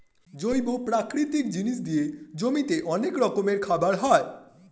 জৈব প্রাকৃতিক জিনিস দিয়ে জমিতে অনেক রকমের খাবার হয়